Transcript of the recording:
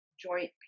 joint